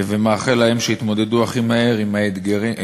ומאחל להם שיתמודדו הכי מהר עם האתגרים